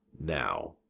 Now